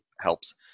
helps